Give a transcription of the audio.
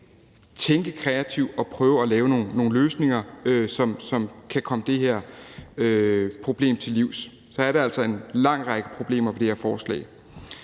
tænke kreativt og prøve at lave nogle løsninger, som kan komme det her problem til livs, så er der altså en lang række problemer ved det her forslag.